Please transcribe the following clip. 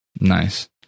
Nice